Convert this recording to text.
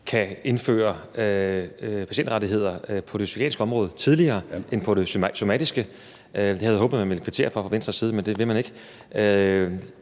kan indføre patientrettigheder på det psykiatriske område tidligere end på det somatiske – det havde vi håbet man ville kvittere for fra Venstres side, men det vil man ikke